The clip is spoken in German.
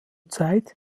zeit